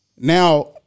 Now